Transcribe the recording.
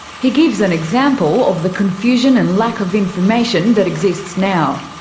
he gives an example of the confusion and lack of information that exists now.